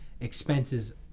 expenses